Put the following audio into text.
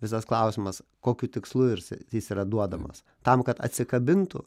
visas klausimas kokiu tikslu ir jis yra duodamas tam kad atsikabintų